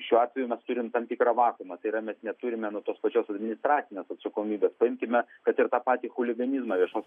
šiuo atveju mes turim tam tikrą vakuumą tai yra mes neturime nu tos pačios administracinės atsakomybės paimkime kad ir tą patį chuliganizmą viešosios